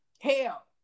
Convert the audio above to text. Hell